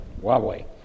Huawei